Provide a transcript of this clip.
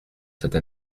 cette